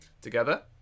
together